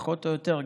פחות או יותר,